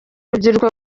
rubyiruko